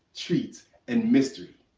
treats and mystery.